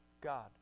God